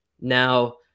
Now